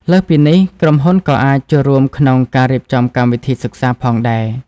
លើសពីនេះ ក្រុមហ៊ុនក៏អាចចូលរួមក្នុង ការរៀបចំកម្មវិធីសិក្សា ផងដែរ។